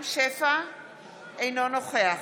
אינו נוכח